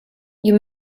you